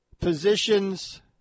positions